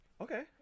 Okay